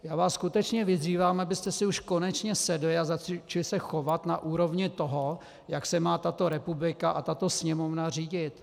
Já vás skutečně vyzývám, abyste si už konečně sedli a začali se chovat na úrovni toho, jak se má tato republika a tato Sněmovna řídit.